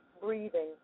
breathing